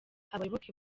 abayoboke